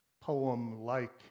poem-like